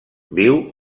viu